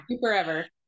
forever